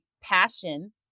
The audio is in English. passion